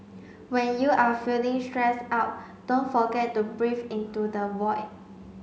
when you are feeling stressed out don't forget to breathe into the void